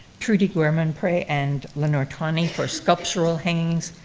trude guermonprez and lenore tawney for sculptural hangings.